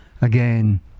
again